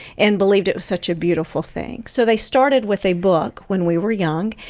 and believed it was such a beautiful thing. so they started with a book when we were young,